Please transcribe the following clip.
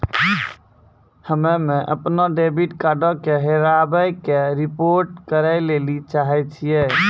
हम्मे अपनो डेबिट कार्डो के हेराबै के रिपोर्ट करै लेली चाहै छियै